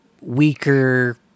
weaker